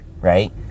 right